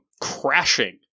crashing